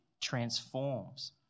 transforms